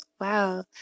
Wow